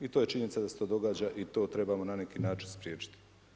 I to je činjenica da se to događa i to trebamo na neki način spriječiti.